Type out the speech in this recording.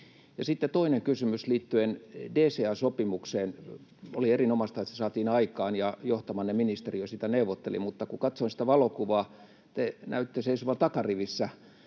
toinen kysymys liittyen DCA-sopimukseen: Oli erinomaista, että se saatiin aikaan, ja johtamanne ministeriö sitä neuvotteli, mutta kun katsoo sitä valokuvaa, te näytte seisovan takarivissä,